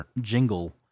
jingle